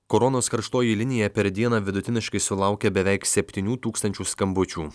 koronos karštoji linija per dieną vidutiniškai sulaukia beveik septynių tūkstančių skambučių